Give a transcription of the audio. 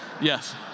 yes